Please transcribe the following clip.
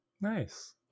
nice